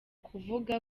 kuvuga